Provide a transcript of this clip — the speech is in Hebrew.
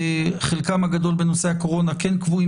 חלקם הגדול של הדיונים בנושא הקורונה קבועים